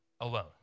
alone